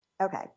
Okay